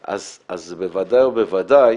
אז בוודאי ובוודאי.